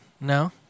No